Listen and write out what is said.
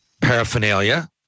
paraphernalia